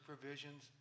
provisions